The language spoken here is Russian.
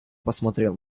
посмотрел